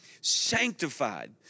sanctified